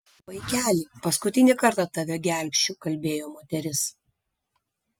vaikeli paskutinį kartą tave gelbsčiu kalbėjo moteris